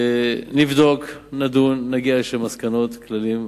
נבדוק, נדון, נגיע למסקנות, לכללים.